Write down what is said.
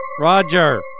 Roger